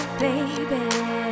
baby